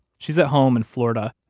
she's at home in florida.